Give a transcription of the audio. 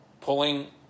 pulling